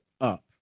up